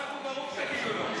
חזק וברוך, תגידו לו.